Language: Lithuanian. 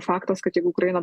faktas kad jeigu ukraina